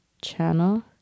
Channel